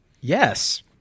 yes